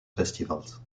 festivals